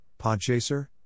Podchaser